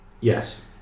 Yes